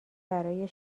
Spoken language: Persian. برای